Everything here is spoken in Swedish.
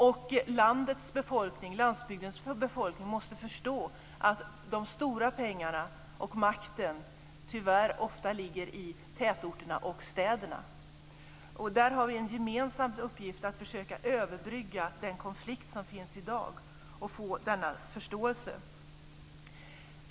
Och landsbygdens befolkning måste förstå att de stora pengarna och makten tyvärr ofta ligger i tätorterna och städerna. Där har vi en gemensam uppgift att försöka överbrygga den konflikt som finns i dag och få denna förståelse.